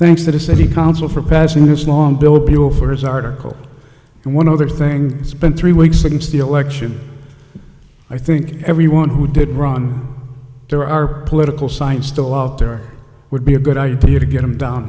the city council for passing this long bill bill for his article and one other thing it's been three weeks since the election i think everyone who did run there are political science still out there would be a good idea to get them down